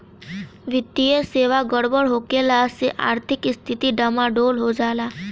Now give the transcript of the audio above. वित्तीय सेवा गड़बड़ होखला से आर्थिक स्थिती डमाडोल हो जाला